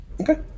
okay